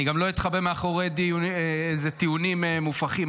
אני גם לא אתחבא מאחורי טיעונים מופרכים.